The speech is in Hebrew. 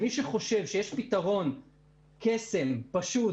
מי שחושב שיש פתרון קסם פשוט